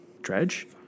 dredge